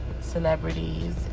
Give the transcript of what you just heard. celebrities